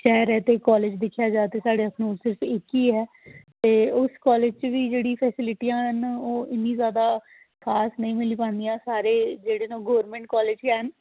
शैह्र ऐ ते कॉलेज दिक्खेआ जा ते साढ़े इक्क ई ऐ ते उस कॉलेज च बी जेह्ड़ी फेसीलिटियां न ओह् इन्नी जादै खास नेईं मिली पांदियां ते जेह्ड़े न ओह् गौरमेंट कॉलेज गै न